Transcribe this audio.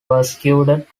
persecuted